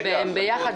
הם ביחד.